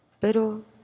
Pero